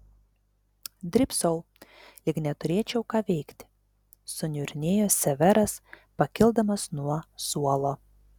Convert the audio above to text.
drybsau lyg neturėčiau ką veikti suniurnėjo severas pakildamas nuo suolo